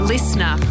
Listener